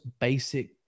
basic